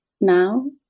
now